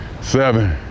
Seven